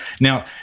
Now